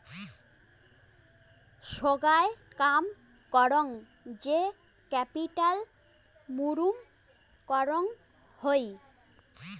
সোগায় কাম করং যে ক্যাপিটাল বুরুম করং হই